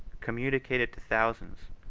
communicated to thousands,